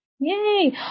Yay